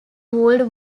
world